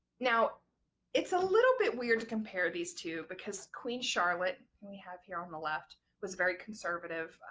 now it's a little bit weird to compare these two because queen charlotte who we have here on the left was very conservative.